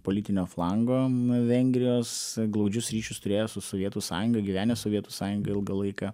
politinio flango vengrijos glaudžius ryšius turėjo su sovietų sąjunga gyvenęs sovietų sąjungoj ilgą laiką